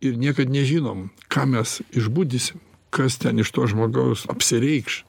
ir niekad nežinom ką mes išbudisim kas ten iš to žmogaus apsireikš